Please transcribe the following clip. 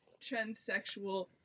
transsexual